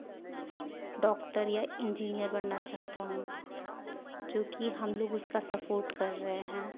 doctor या engineer बनना चाहता हूँ जो कि हम लोग उसका सपोर्ट कर रहे हैं